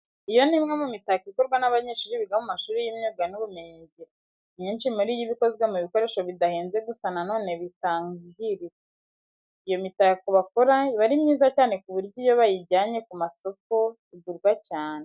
Iyo ni imwe mu mitako ikorwa n'abanyeshuri biga mu mashuri y'imyuga n'ubumenyingiro. Imyinshi muri yo iba ikozwe mu bikoresho bidahenze gusa na none bitangiritse. Iyo mitako bakora iba ari myiza cyane ku buryo iyo bayijyanye ku masoko igirwa cyane.